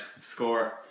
score